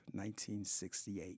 1968